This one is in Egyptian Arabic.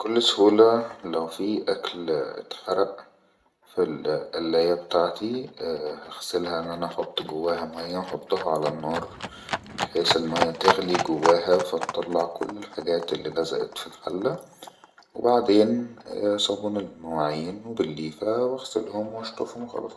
بكل سهوله لو في اكل ءء اتحرء في الئلاية بتاعتي هغسلها احط جواها مايو واحطها عالنار بحيس الماية تغلي جواها فطلع كل الحاجات اللي لزءت في الحله وبعدين صبون المواعين والليفه واغسلهم واشطفهم وخلاص